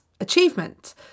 achievement